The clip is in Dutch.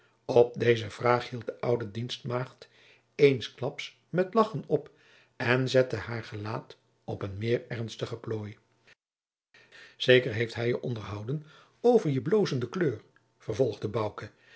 op deze vraag hield de oude dienstmaagd eensklaps met lagchen op en zette haar gelaat in een meer ernstigen plooi zeker heeft hij je onderhouden over je blozende kleur vervolgde